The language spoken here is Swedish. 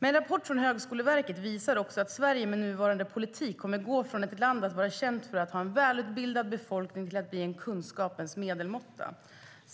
En rapport från Högskoleverket visar också att Sverige med nuvarande politik kommer att gå från att vara ett land känt för att ha en välutbildad befolkning till att bli en kunskapens medelmåtta.